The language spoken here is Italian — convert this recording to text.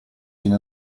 fine